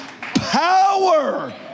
power